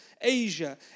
Asia